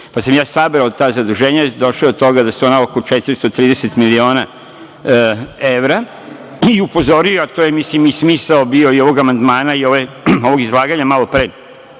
sam ja sabrao ta zaduženja i došao do toga da su ona oko 430 miliona evra i upozorio, a to je mislim i smisao bio i ovog amandmana i ovog izlaganja malo pre